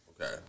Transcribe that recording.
Okay